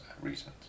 reasons